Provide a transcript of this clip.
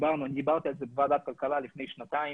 דיברתי על זה בוועדת כלכלה לפני שנתיים,